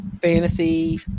fantasy